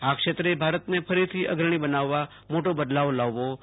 આ ક્ષેત્રે ભારતને ફરીથી અગ્રણી બનાવવા મોટો બદલાવ લાવવો જોઇએ